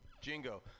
Jingo